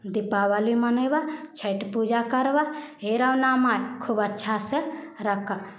दीपावली मनेबह छठि पूजा करबह हे राना माय खूब अच्छासँ रक्खह